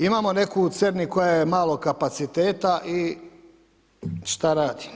Imamo neku u Cerni koja je malog kapaciteta i šta radi?